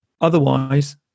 Otherwise